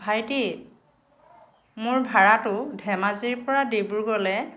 ভাইটি মোৰ ভাড়াটো ধেমাজিৰপৰা ডিব্ৰুগড়লৈ